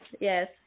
Yes